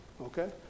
okay